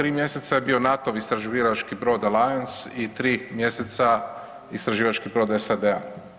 3 mjeseca je bio NATO-ov istraživački brod Alliance i 3 mjeseca istraživački brod SAD-a.